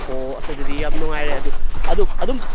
ꯑꯣ ꯑꯁ ꯑꯗꯨꯗꯤ ꯌꯥꯝ ꯅꯨꯡꯉꯥꯏꯔꯦ ꯑꯗꯨ ꯑꯗꯨ ꯑꯗꯨꯝ